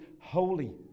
holy